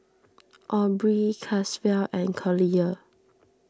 Aubree Caswell and Collier